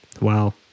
Wow